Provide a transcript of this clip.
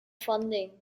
funding